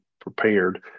prepared